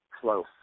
close